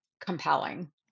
compelling